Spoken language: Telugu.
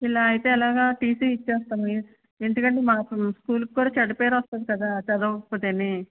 ఇలా అయితే ఎలాగా టీసీ ఇచ్చేస్తాము ఎందుకంటే మాకు స్కూల్కి కూడా చెడ్డపేరు వస్తుంది కదా చదవకపోతేను